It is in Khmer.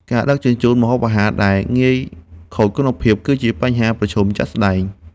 ការដឹកជញ្ជូនម្ហូបអាហារដែលងាយខូចគុណភាព គឺជាបញ្ហាប្រឈមជាក់ស្ដែង។